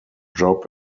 job